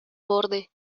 borde